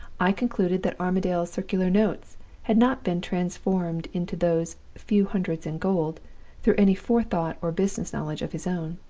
i concluded that armadale's circular notes had not been transformed into those few hundreds in gold through any forethought or business knowledge of his own.